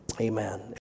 Amen